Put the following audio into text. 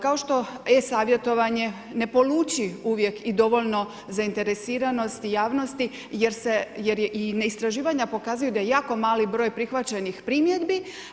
Kao što e-savjetovanje ne poluči uvijek i dovoljno zainteresiranosti javnosti jer se, jer je, i istraživanja pokazuju da je jako mali broj prihvaćenih primjedbi.